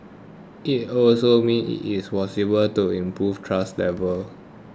it also means it is to improve trust levels